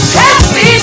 happy